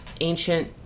ancient